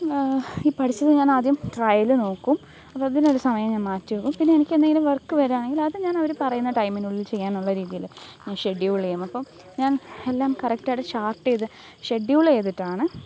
ഈ പഠിച്ചത് ഞാനാദ്യം ട്രയല് നോക്കും അപ്പോള് ഇതിനൊരു സമയം ഞാന് മാറ്റിവയ്ക്കും പിന്നെനിക്കെന്നേലും വര്ക്ക് വരുകയാണെങ്കില് അത് ഞാനവര് പറയുന്ന ടൈമിനുള്ളില് ചെയ്യാനുള്ള രീതിയില് ഞാന് ഷെഡ്യൂളെയ്യും അപ്പോള് ഞാന് എല്ലാം കറക്റ്റായിട്ട് ചാര്ട്ട് ചെയ്ത് ഷെഡ്യൂളേയ്തിട്ടാണ്